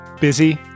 busy